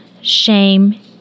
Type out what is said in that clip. shame